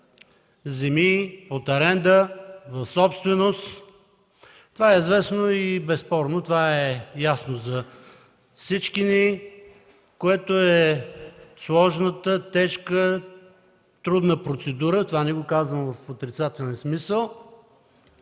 земи под аренда в собственост. Това е известно и безспорно. Това е ясно за всички ни, което е сложна, тежка, трудна процедура. Не го казвам в отрицателен смисъл.